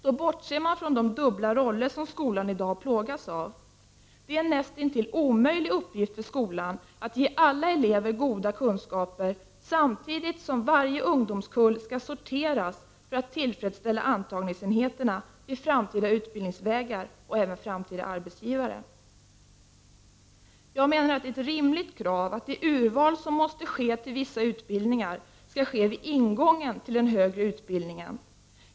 Då bortser man från de dubbla roller som skolan i dag plågas av. Det är en näst intill omöjlig uppgift för skolan att ge alla elever goda kunskaper samtidigt som varje ungdomskull skall sorteras för att tillfredsställa antagningsenheterna vid framtida utbildningsvägar och även framtida arbetsgivare. Jag menar att det är ett rimligt krav att det urval som måste ske till vissa utbildningar skall ske vid ingången till den högre utbildningen.